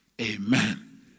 Amen